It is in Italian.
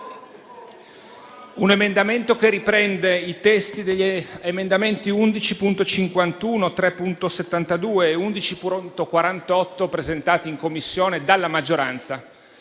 dell'emendamento 3.301, che riprende i testi degli emendamenti 11.51, 3.72 e 11.48, presentati in Commissione dalla maggioranza.